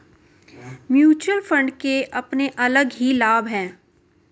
mutual fund के अपने अलग ही लाभ हैं